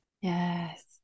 Yes